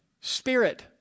spirit